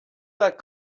that